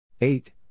Eight